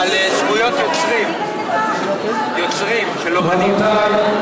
על זכויות יוצרים של אמנים.